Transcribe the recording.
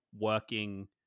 working